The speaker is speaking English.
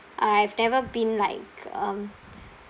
I've never been like um